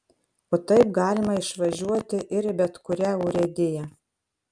o taip galima išvažiuoti ir į bet kurią urėdiją